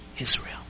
Israel